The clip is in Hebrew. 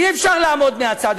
אי-אפשר לעמוד מהצד.